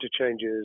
interchanges